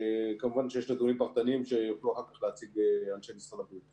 כמובן שיש נתונים פרטניים שיוכלו אחר כך להציג אנשי משרד הבריאות.